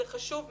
זה חשוב מאוד.